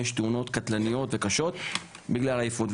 תאונות קטלניות וקשות בגלל עייפות.